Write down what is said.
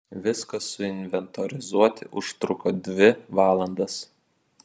viską suinventorizuoti užtruko dvi valandas